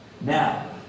Now